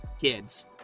kids